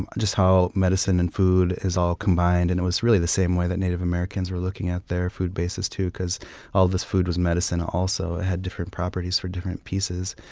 just how medicine and food is all combined. and it was really the same way that native americans were looking at their food bases, too, because all this food was medicine also. it had different properties for different pieces.